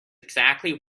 exactly